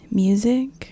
music